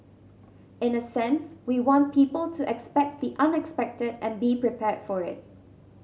in a sense we want people to expect the unexpected and be prepared for it